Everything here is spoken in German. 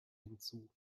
hinzu